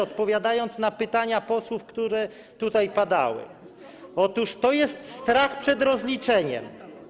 Odpowiadając na pytania posłów, które tutaj padały - otóż to jest strach przed rozliczeniem.